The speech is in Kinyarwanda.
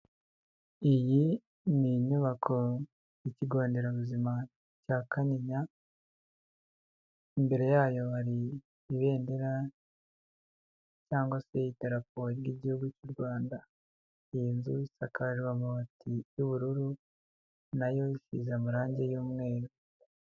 Iyi ni inyubako y'ikigo nderabuzima cya Kanyinya, imbere yayo hari ibendera cyangwa se idarapo ry'Igihugu cy'u Rwanda. Iyi nzu isakajwe amabati y'ubururu, nayo isize amarange y'umweru.